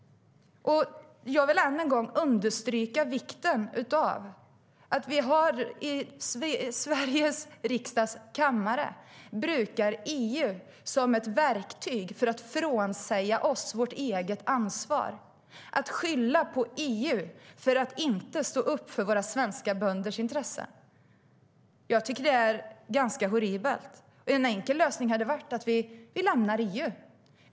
Jag vill än en gång understryka vikten av att vi i Sveriges riksdag brukar EU som ett verktyg för att frånsäga oss vårt eget ansvar. Vi skyller på EU när vi inte står upp för våra svenska bönders intressen. Jag tycker att det är ganska horribelt. En enkel lösning hade varit att lämna EU.